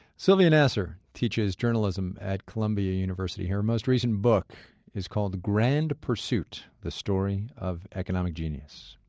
sylvia nasar teaches journalism at columbia university. her most recent book is called grand pursuit the story of economic genius.